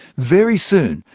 very soon,